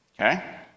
Okay